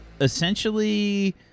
essentially